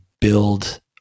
build